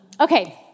Okay